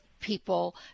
people